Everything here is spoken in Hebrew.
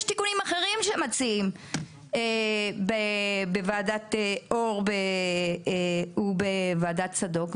יש תיקונים אחרים שמציעים בוועדת אור ובוועדת צדוק.